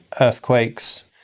earthquakes